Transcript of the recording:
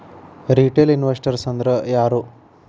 Retail investors ಅಂದ್ರಾ ಯಾರು?